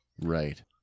right